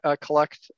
collect